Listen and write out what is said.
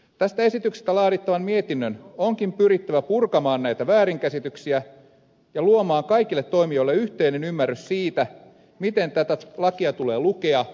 tästä esityksestä laadittavan mietinnön onkin pyrittävä purkamaan näitä väärinkäsityksiä ja luomaan kaikille toimijoille yhteinen ymmärrys siitä miten tätä lakia tule lupia